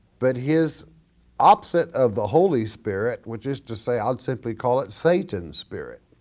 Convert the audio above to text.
but his opposite of the holy spirit, which is to say i'll simply call it satan's spirit,